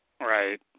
Right